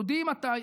תודיעי מתי,